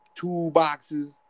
toolboxes